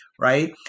Right